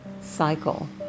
cycle